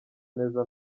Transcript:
neza